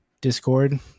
discord